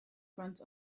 front